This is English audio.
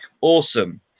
Awesome